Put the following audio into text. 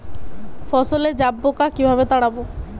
ফসলে জাবপোকা কিভাবে তাড়াব?